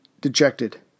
dejected